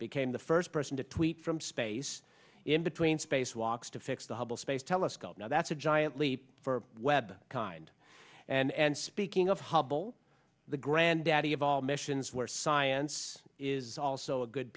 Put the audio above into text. became the first person to tweet from space in between space walks to fix the hubble space telescope now that's a giant leap for webb kind and speaking of hubble the granddaddy of all missions where science is also a good